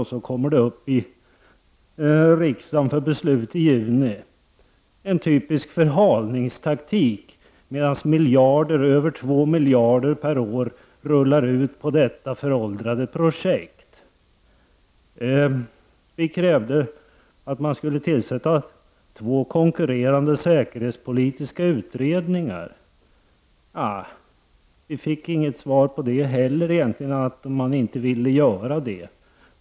Sedan kom det upp i riksdagen för beslut i juni. Det är en typiskt förhalningstaktik, medan över två miljarder per år rullar ut på detta föråldrade projekt. Vi krävde att man skulle tillsätta två konkurrerande säkerhetspolitiska utredningar. Vi fick inget svar på det heller, annat än att man inte ville göra det.